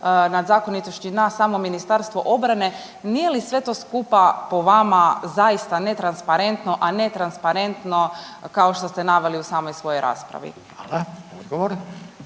nad zakonitošću i na samo Ministarstvo obrane, nije li sve to skupa po vama zaista netransparentno, a ne transparentno, kao što ste naveli u samoj svojoj raspravi? **Radin,